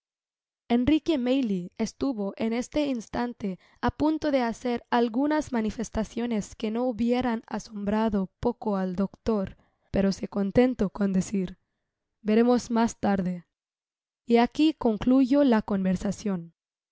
enrique maylie estuvo en este instante á punto de hacer algunas manifestaciones que no hubieran asombrado poco al doctor pero se contentó con decir veremos mas tarde y aqui concluyó la